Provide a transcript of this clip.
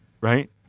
right